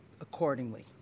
accordingly